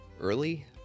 Early